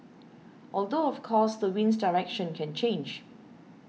although of course the wind's direction can change